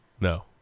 No